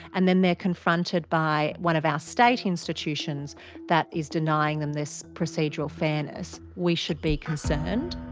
and then they're confronted by one of our state institutions that is denying them this procedural fairness. we should be concerned.